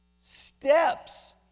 steps